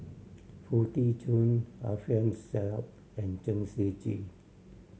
Foo Tee Jun Alfian Sa'at and Chen Shiji